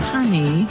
Honey